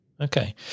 Okay